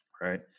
right